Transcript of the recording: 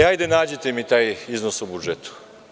Hajde nađite mi taj iznos u budžetu.